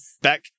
back